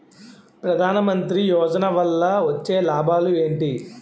ప్రధాన మంత్రి యోజన వల్ల వచ్చే లాభాలు ఎంటి?